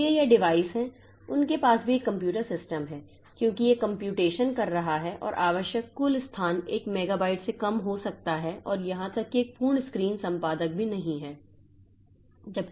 इसलिए ये डिवाइस है उनके पास भी एक कंप्यूटर सिस्टम है क्योंकि यह कम्प्यूटेशन कर रहा है और आवश्यक कुल स्थान एक मेगाबाइट से कम हो सकता है और यहां तक कि एक पूर्ण स्क्रीन संपादक भी नहीं है